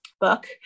book